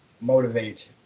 motivate